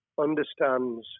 understands